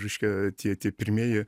reiškia tie tie pirmieji